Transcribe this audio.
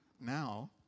now